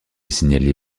signalés